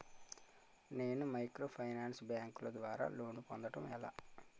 నేను మైక్రోఫైనాన్స్ బ్యాంకుల ద్వారా లోన్ పొందడం ఎలా?